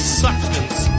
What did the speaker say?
substance